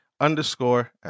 Underscore